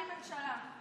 בבקשה.